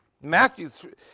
Matthew